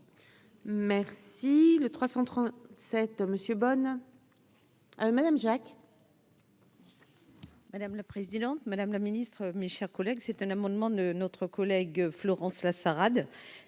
Monsieur bonne. Hein madame Jacques. Madame la présidente, madame la ministre, mes chers collègues, c'est un amendement de notre collègue Florence Lassaad